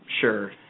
Sure